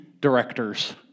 directors